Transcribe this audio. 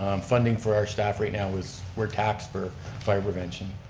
um funding for our staff right now is we're taxed for fire prevention.